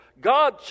God